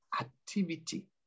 activity